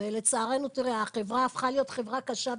לצערנו, החברה הפכה להיות חברה קשה ומורכבת.